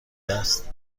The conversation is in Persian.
است